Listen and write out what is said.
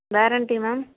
guarantee ma'am